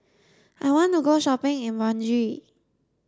I want to go shopping in Banjul